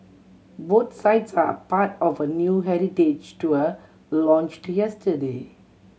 both sites are part of a new heritage tour launched yesterday